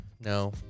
No